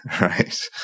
Right